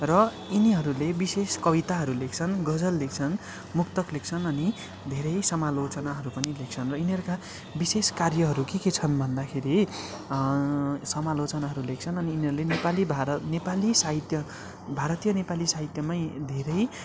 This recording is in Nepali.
र यिनीहरूले विशेष कविताहरू लेख्छन् गजल लेख्छन् मुक्तक लेख्छन् अनि धेरै समालोचनाहरू पनि लेख्छन् र यिनीहरूका विशेष कार्यहरू के के छन् भन्दाखेरि समालोचनाहरू लेख्नछन् अनि यिनीहरूले नेपाली भारत नेपाली साहित्य भारतीय नेपाली साहित्यमै धेरै